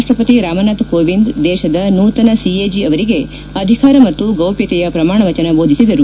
ರಾಷ್ಲಸತಿ ರಾಮನಾಥ್ ಕೋವಿಂದ್ ದೇಶದ ನೂತನ ಸಿಎಜಿ ಅವರಿಗೆ ಅಧಿಕಾರ ಮತ್ತು ಗೌಪ್ಲತೆಯ ಪ್ರಮಾಣ ವಚನ ಬೋಧಿಸಿದರು